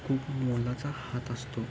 खूप मोलाचा हात असतो